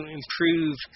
improve